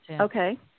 Okay